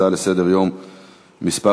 הצעה לסדר-היום מס'